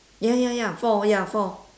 ya ya ya four ya four